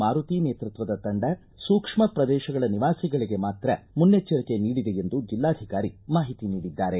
ಮಾರುತಿ ನೇತೃತ್ವದ ತಂಡ ಸೂಕ್ಷ್ಮ ಪ್ರದೇಶಗಳ ನಿವಾಸಿಗಳಿಗೆ ಮಾತ್ರ ಮುನ್ನೆಚ್ಚರಿಕೆ ನೀಡಿದೆ ಎಂದು ಜಿಲ್ಲಾಧಿಕಾರಿ ಮಾಹಿತಿ ನೀಡಿದ್ದಾರೆ